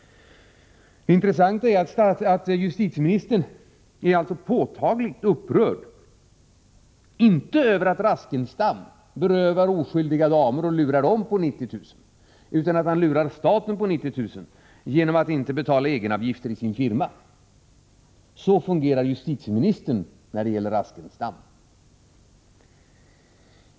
Det intressanta är att justitieministern är påtagligt upprörd inte över att Raskenstam bestjäl oskyldiga damer och lurar dem på 90 000 kr., utan över att han lurar staten på 90 000 kr. genom att inte betala egenavgifter för sin firma. Så fungerar justitieministern när det gäller Raskenstam.